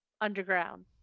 underground